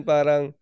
Parang